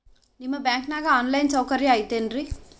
ನಿಮ್ಮ ಬ್ಯಾಂಕನಾಗ online ಸೌಕರ್ಯ ಐತೇನ್ರಿ?